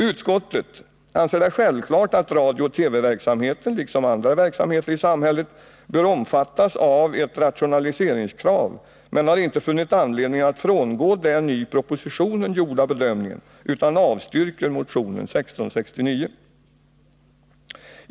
Utskottet anser det självklart att radiooch TV-verksamheten liksom andra verksamheter i samhället bör omfattas av ett rationaliseringskrav, men harinte funnit anledning att frångå den i propositionen gjorda bedömningen, utan avstyrker motion 1669.